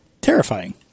terrifying